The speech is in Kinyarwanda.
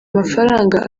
mafaranga